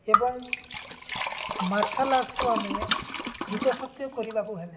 ଏବଂ ମାର୍ଶାଲ୍ ଆର୍ଟକୁ ଆମେ ବିକଶତ କରିବାକୁ ହେଲେ